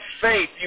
faith